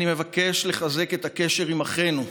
אני מבקש לחזק את הקשר עם אחינו,